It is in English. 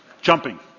Jumping